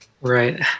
Right